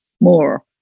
more